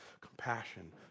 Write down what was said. Compassion